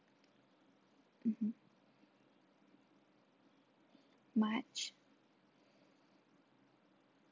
mmhmm march